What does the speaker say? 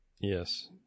Yes